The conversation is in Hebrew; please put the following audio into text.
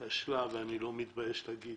ואני לא מתבייש להגיד,